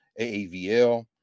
AAVL